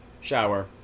shower